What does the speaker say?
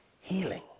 healing